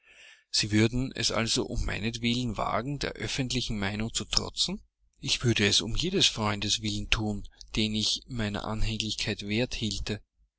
sie würden es also um meinetwillen wagen der öffentlichen meinung zu trotzen ich würde es um jedes freundes willen thun den ich meiner anhänglichkeit wert hielte